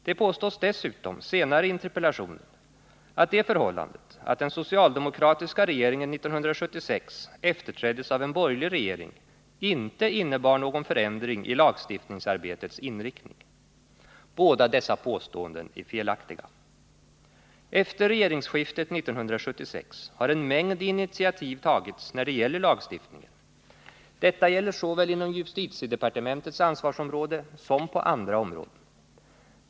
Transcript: Det påstås dessutom senare i interpellationen att det förhållandet att den socialdemokratiska regeringen 1976 efterträddes av en borgerlig regering inte innebar någon förändring i lagstiftningsarbetets inriktning. Båda dessa påståenden är felaktiga. Efter regeringsskiftet 1976 har en mängd initiativ tagits när det gäller lagstiftningen. Detta gäller såväl inom justitiedepartementets ansvarsområde som på andra områden.